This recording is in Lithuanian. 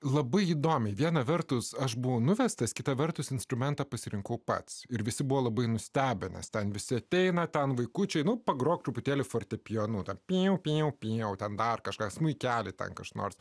labai įdomiai viena vertus aš buvau nuvestas kita vertus instrumentą pasirinkau pats ir visi buvo labai nustebę nes ten visi ateina ten vaikučiai einu pagroti truputėlį fortepijonu tad pijau pijau pijau ten dar kažką smuikelį ten kas nors